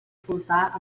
sultà